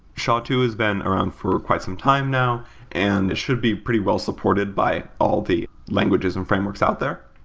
sha two has been around for quite some time now and it should be pretty well supported by all the languages and frameworks out there.